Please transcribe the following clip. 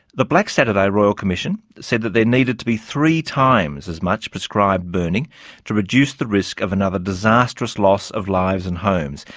the black saturday royal commission said that there needed to be three times as much prescribed burning to reduce the risk of another disastrous loss of lives and homes,